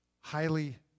highly